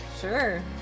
Sure